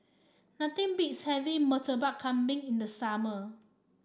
nothing beats having Murtabak Kambing in the summer